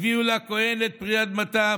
הביאו לכוהן את פרי אדמתם,